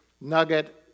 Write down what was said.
Nugget